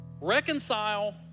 Reconcile